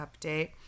update